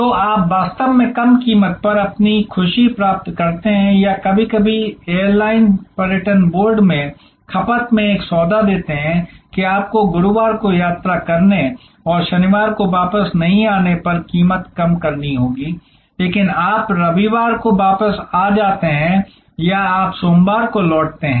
तो आप वास्तव में कम कीमत पर अपनी खुशी प्राप्त करते हैं या कभी कभी एयरलाइंस पर्यटन बोर्ड में खपत में एक सौदा देते हैं कि आपको गुरुवार को यात्रा करने और शनिवार को वापस नहीं आने पर कीमत कम करनी होगी लेकिन आप रविवार को वापस आ जाते हैं या आप सोमवार को लौटते हैं